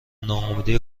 ناامیدی